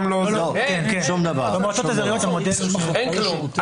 אין כלום.